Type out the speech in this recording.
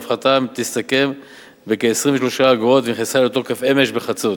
ההפחתה תסתכם בכ-23 אגורות והיא נכנסה לתוקף אמש בחצות.